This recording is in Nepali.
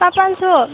पा पाँच सौ